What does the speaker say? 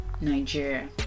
Nigeria